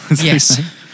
Yes